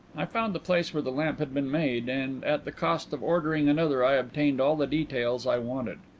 i found the place where the lamp had been made, and at the cost of ordering another i obtained all the details i wanted.